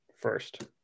first